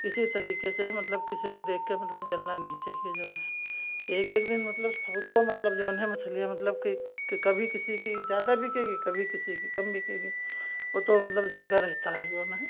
इसी तरीके से मतलब किसी को देखकर मतलब जलना नहीं चाहिए जऊन है एक एक दिन मतलब सबको मतलब जऊन है मछलियाँ मतलब कि कभी किसी की ज़्यादा बिकेगी कभी किसी की कम बिकेगी वह तो मतलब लगा रहता है जऊन है